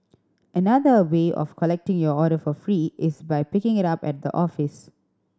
another way of collecting your order for free is by picking it up at the office